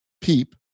PEEP